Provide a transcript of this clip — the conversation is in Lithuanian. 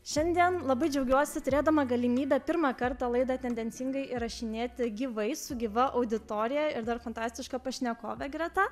šiandien labai džiaugiuosi turėdama galimybę pirmą kartą laida tendencingai įrašinėti gyvai su gyva auditorija ir dar fantastiška pašnekovė greta